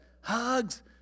hugs